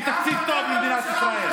ותקציב טוב למדינת ישראל,